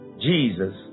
jesus